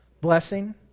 Blessing